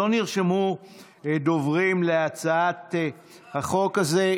לא נרשמו דוברים להצעת החוק הזו.